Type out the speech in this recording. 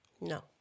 No